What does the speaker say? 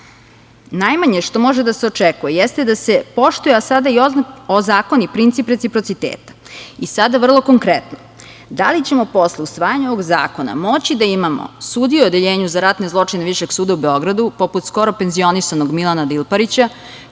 Najmanje što može da se očekuje, jeste da se poštuje, a sada i ozakoni princip reciprociteta.I sada, vrlo konkretno, da li ćemo posle usvajanja ovog zakona moći da imamo sudije u Odeljenju za ratne zločine Višeg suda u Beogradu, poput skoro penzionisanog Milana Dilparića